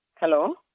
Hello